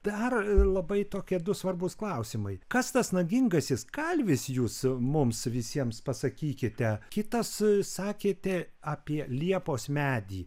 dar labai tokie du svarbūs klausimai kas tas nagingasis kalvis jūs mums visiems pasakykite kitas sakėte apie liepos medį